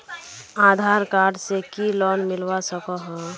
आधार card से की loan मिलवा सकोहो?